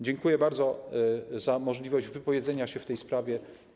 Dziękuję bardzo za możliwość wypowiedzenia się w tej sprawie.